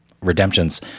redemptions